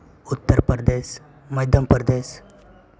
Uttar Pradesh Madhya Pradesh